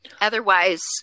Otherwise